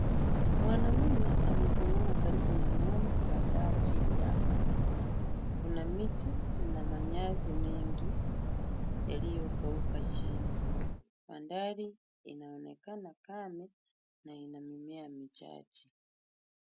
Mwanamume amesimama karibu na ng'ombe kadhaa chini ya banda. Kuna miti na manyazi mengi yaliyokauka chini. Bandari inaonekana kame na ina mimea michache.